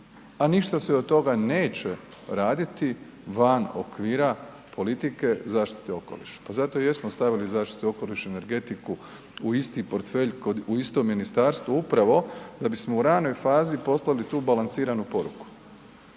A ništa se od toga neće raditi van okvira politike zaštite okoliša. Pa zato i jesmo stavili zaštitu okoliša i energetiku u isti portfelj, u isto ministarstvu, upravo da bismo u ranoj fazi poslali tu balansiranu poruku.